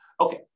Okay